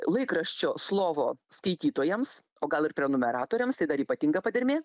laikraščio slovo skaitytojams o gal ir prenumeratoriams tai dar ypatinga padermė